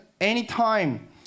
anytime